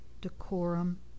decorum